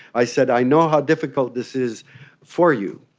i said, i know how difficult this is for you.